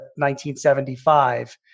1975